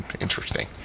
interesting